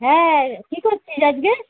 হ্যাঁ কী করছিস আজকে